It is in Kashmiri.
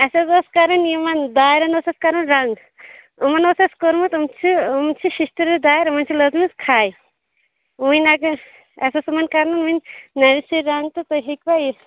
اَسہِ حظ ٲسۍ کَرٕنۍ یِمَن دارٮ۪ن اوس اَسہِ کَرُن رَنٛگ یِمن اوس اَسہِ کوٚرمُت یِم چھِ شیٚشتروٗ دارِ یمن چھِ لٔجمٕژ کھےَ وۅنۍ اگر اَسہِ اوس یِمن کَرُن نَیہِ سرٕ رَنٛگ تہٕ تُہۍ ہیٚکوا یہِ